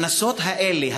הקנסות האלה,